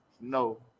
No